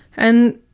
and